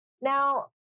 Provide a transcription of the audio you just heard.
Now